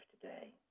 today